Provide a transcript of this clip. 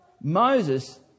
moses